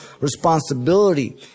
responsibility